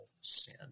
sin